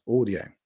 audio